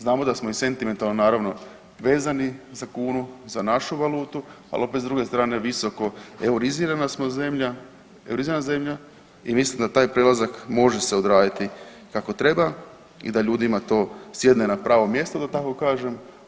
Znamo da smo i sentimentalno naravno vezani za kunu, za našu valutu ali opet s druge strane visoko eurizirana smo zemlja i mislim da taj prelazak može se odraditi kako treba i da ljudima to sjedne na pravo mjesto da tako kažem.